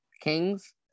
Kings